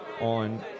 on